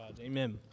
Amen